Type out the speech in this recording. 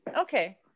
Okay